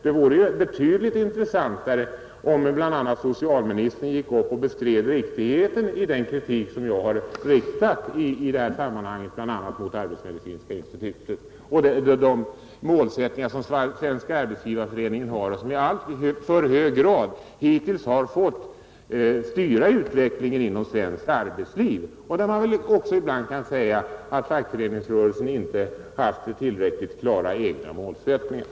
Det vore betydligt intressantare om socialministern bestred riktigheten av den kritik som jag har riktat bl.a. mot arbetsmedicinska institutet och mot de målsättningar som Svenska arbetsgivareföreningen har och som i alltför hög grad hittills har fått styra utvecklingen inom svenskt arbetsliv. Man kan väl säga att fackföreningsrörelsen då inte alltid hade tillräckligt klara egna målsättningar.